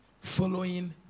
following